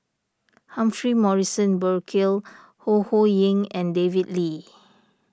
Humphrey Morrison Burkill Ho Ho Ying and David Lee